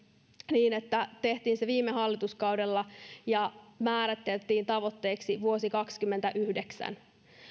niin että tehtiin se viime hallituskaudella ja määriteltiin tavoitteeksi vuosi kaksikymmentäyhdeksän